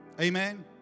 amen